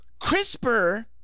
CRISPR